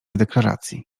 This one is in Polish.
deklaracji